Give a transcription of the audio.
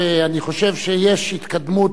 אני חושב שיש התקדמות,